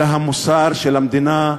אלא המוסר של המדינה,